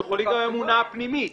הם יכולים בממונה הפנימית.